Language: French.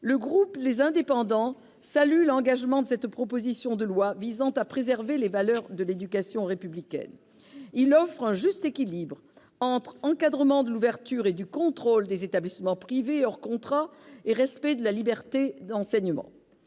le groupe Les Indépendants salue l'engagement de cette proposition de loi visant à préserver les valeurs de l'éducation républicaine. Ce texte offre un juste équilibre entre encadrement de l'ouverture et du contrôle des établissements privés hors contrat et respect de la liberté d'enseignement.